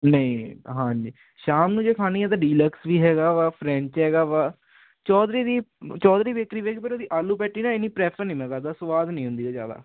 ਨਹੀਂ ਹਾਂਜੀ ਸ਼ਾਮ ਨੂੰ ਜੇ ਖਾਣੀ ਹੈ ਤਾ ਡੀਲਕਸ ਵੀ ਹੈਗਾ ਵਾ ਫਰੈਂਚ ਹੈਗਾ ਵਾ ਚੌਧਰੀ ਦੀ ਚੌਧਰੀ ਬੇਕਰੀ ਵੀ ਹੈਗੀ ਪਰ ਉਹਦੀ ਆਲੂ ਪੈਟੀ ਨਾ ਇਨੀ ਪ੍ਰੈਫਰ ਨਹੀਂ ਮੈਂ ਕਰਦਾ ਸਵਾਦ ਨਹੀਂ ਹੁੰਦੀ ਜਿਆਦਾ